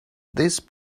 this